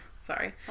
Sorry